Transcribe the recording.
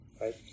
right